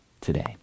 today